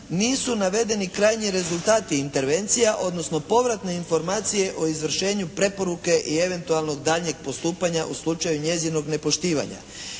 nisu navedeni krajnji rezultati intervencija, odnosno povratne informacije o izvršenju preporuke i eventualno daljnjeg postupanja u slučaju njezinog nepoštivanja.